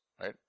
right